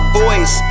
voice